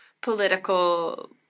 political